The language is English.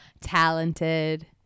talented